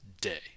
day